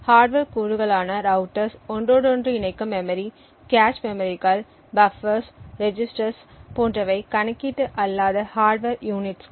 hardware கூறுகளான routers ஒன்றோடொன்று இணைக்கும் மெமரி கேச் மெமரிகள் பஃப்பர்ஸ் ரெஜிஸ்டர்ஸ் போன்றவை கணக்கீட்டு அல்லாத ஹார்ட்வர் யூனிட்ஸ்கள்